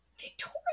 victoria